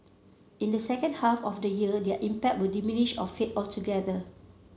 in the second half of the year their impact will diminish or fade altogether